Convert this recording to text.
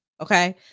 Okay